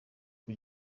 ico